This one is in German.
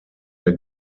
der